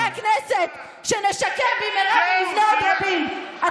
עם בתי הכנסת שנשקם במהרה, ונבנה עוד רבים.